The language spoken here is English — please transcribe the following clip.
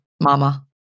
mama